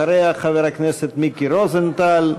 אחריה, חברי הכנסת מיקי רוזנטל,